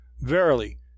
Verily